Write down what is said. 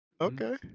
Okay